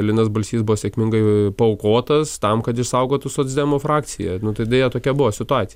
linas balsys buvo sėkmingai paaukotas tam kad išsaugotų socdemų frakciją nu tai deja tokia buvo situacija